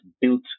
built